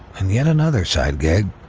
and yet another side gig.